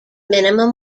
minimum